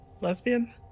Lesbian